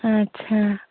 अच्छा